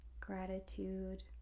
Gratitude